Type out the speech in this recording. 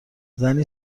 زنی